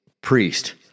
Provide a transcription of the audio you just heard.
Priest